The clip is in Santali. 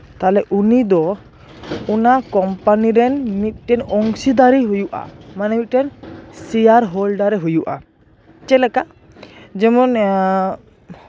ᱛᱟᱞᱦᱮ ᱩᱱᱤ ᱫᱚ ᱚᱱᱟ ᱠᱚᱢᱯᱟᱱᱤ ᱨᱮᱱ ᱢᱤᱫᱴᱟᱱ ᱚᱝᱥᱤᱫᱟᱨᱮᱭ ᱦᱩᱭᱩᱜᱼᱟ ᱢᱟᱱᱮ ᱢᱤᱫᱴᱮᱱ ᱥᱮᱭᱟᱨ ᱦᱳᱞᱰᱟᱨᱮᱭ ᱦᱩᱭᱩᱜᱼᱟ ᱪᱮᱫ ᱞᱮᱠᱟ ᱡᱮᱢᱚᱱ